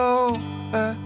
over